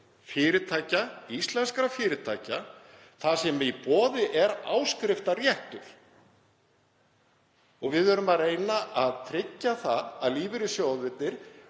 fyrirtækja, íslenskra fyrirtækja, þar sem í boði er áskriftarréttur. Við verðum að reyna að tryggja að lífeyrissjóðirnir,